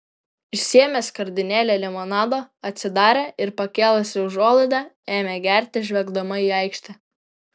išsiėmė skardinėlę limonado atsidarė ir pakėlusi užuolaidą ėmė gerti žvelgdama į aikštę